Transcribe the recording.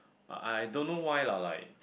but I don't know why lah like